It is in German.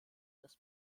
das